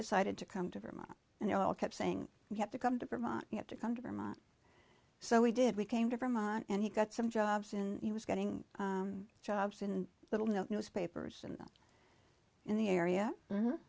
decided to come to vermont and they all kept saying you have to come to vermont you have to come to vermont so we did we came to vermont and he got some jobs and he was getting jobs in little no newspapers in the area